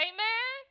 Amen